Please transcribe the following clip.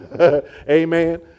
Amen